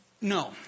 No